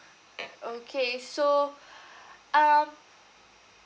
okay so um